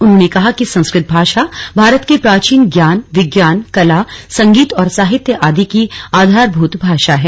उन्होंने कहा कि संस्कृत भाषा भारत के प्राचीन ज्ञान विज्ञान कला संगीत और साहित्य आदि की आधारभूत भाषा है